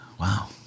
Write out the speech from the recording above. Wow